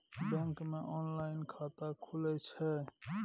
Bank मे online खाता खुले छै?